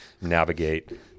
navigate